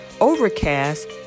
Overcast